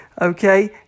Okay